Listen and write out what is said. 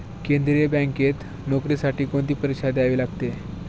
केंद्रीय बँकेत नोकरीसाठी कोणती परीक्षा द्यावी लागते?